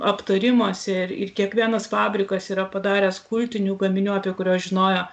aptarimuose ir kiekvienas fabrikas yra padaręs kultinių gaminių apie kuriuos žinojo